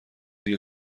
دیگه